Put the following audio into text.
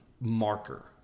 marker